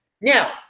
Now